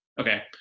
Okay